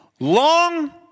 Long